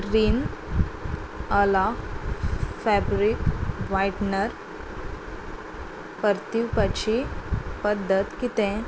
reign अला fabric whitener परतिवपाची पद्दत कितें